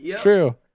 True